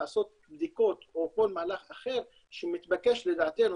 לעשות בדיקות או כל מהלך אחר שמתבקש לדעתנו,